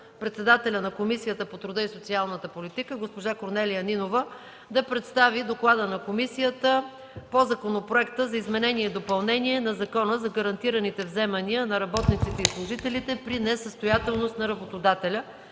председателя на Комисията по труда и социалната политика госпожа Корнелия Нинова да представи Доклада на комисията по Законопроекта за изменение и допълнение на Закона за гарантираните вземания на работниците и служителите при несъстоятелност на работодателя.